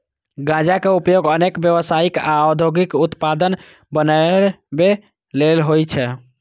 गांजा के उपयोग अनेक व्यावसायिक आ औद्योगिक उत्पाद बनबै लेल होइ छै